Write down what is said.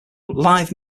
live